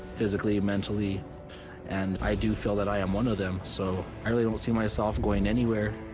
physically, mentally and i do feel that i am one of them. so, i really don't see myself going anywhere.